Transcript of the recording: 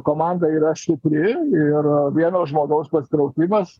komanda yra stipri ir vieno žmogaus pasitraukimas